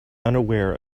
unaware